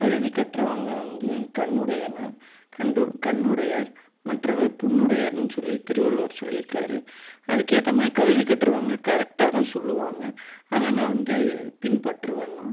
கல்வி கற்றவங்க வந்து கண்ணுடையங்க கண்டு கண்ணுடையர் மற்றவர் புண்ணுடையர்னு சொல்லி திருவள்ளுவர் சொல்லியிருக்காரு அதுக்கு ஏற்ற மாதிரி கல்வி கற்றவங்க கரெக்டாக தான் சொல்லுவாங்க அதை நான் வந்து பின்பற்றுவேன் தான்